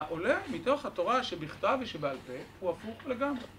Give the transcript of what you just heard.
העולה מתוך התורה שבכתב ושבעל פה הוא הפוך לגמרי